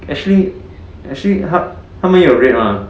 actually actually 他们有 red mah